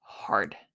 Hard